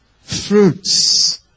Fruits